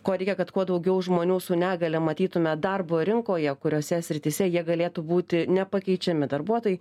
ko reikia kad kuo daugiau žmonių su negalia matytume darbo rinkoje kuriose srityse jie galėtų būti nepakeičiami darbuotojai